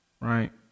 right